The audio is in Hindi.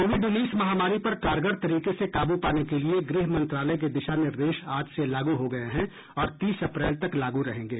कोविड उन्नीस महामारी पर कारगर तरीके से काबू पाने के लिए गृह मंत्रालय के दिशा निर्देश आज से लागू हो गये हैं और तीस अप्रैल तक लागू रहेंगे